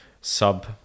sub